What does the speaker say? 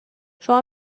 شما